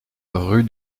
rue